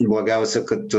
blogiausia kad